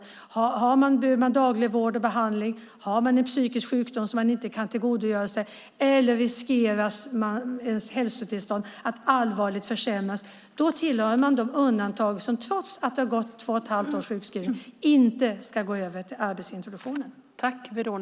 Om man ligger på sjukhus, behöver daglig vård och behandling, har en psykisk sjukdom så att man inte kan tillgodogöra sig introduktionen eller ens hälsotillstånd riskerar att allvarligt försämras då tillhör man de undantag som, trots att de gått sjukskriva i två och ett halvt år, inte ska gå över till arbetsintroduktionen.